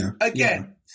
Again